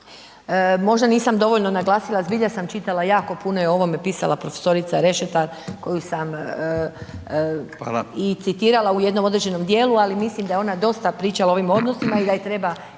Možda nisam dovoljno naglasila zbilja sam čitala jako puno i o ovome je pisala profesorica Rešetar koju sam …/Upadica: Fala/…i citirala u jednom određenom dijelu, ali mislim da je ona dosta pričala o ovim odnosima i da je treba